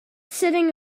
sitting